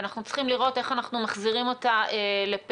אנחנו צריכים לראות איך אנחנו מחזירים אותה לפעילות